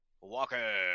Walker